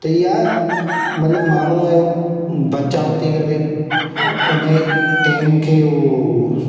त या मतलबु माण्हूअ जो बचाव थी करे हुनजे टेम खे उहो